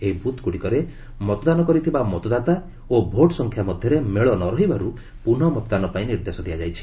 ଏହି ବୁଥ୍ଗୁଡ଼ିକରେ ମତଦାନ କରିଥିବା ମତଦାତା ଓ ଭୋଟ ସଂଖ୍ୟା ମଧ୍ୟରେ ମେଳ ନ ରହିବାରୁ ପୁନଃ ମତଦାନ ପାଇଁ ନିର୍ଦ୍ଦେଶ ଦିଆଯାଇଛି